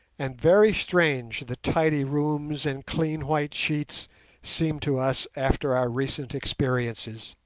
and very strange the tidy rooms and clean white sheets seemed to us after our recent experiences.